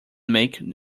make